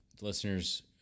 listeners